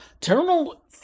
Terminal